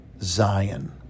Zion